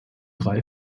drei